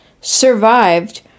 survived